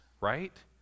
right